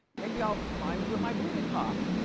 maybe i'll finally wear my booty pop